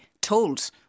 told